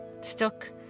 Stuck